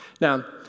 Now